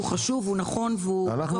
הוא חשוב, הוא נכון, והוא טוב ליבואנים קטנים.